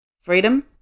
Freedom